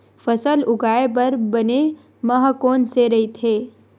फसल उगाये बर बने माह कोन से राइथे?